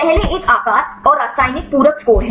पहले एक आकार और रासायनिक पूरक स्कोर है